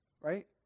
right